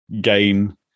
gain